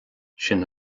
sin